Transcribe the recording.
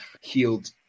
healed